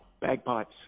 Bagpipes